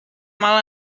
mal